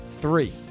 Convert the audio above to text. Three